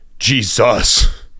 Jesus